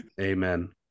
Amen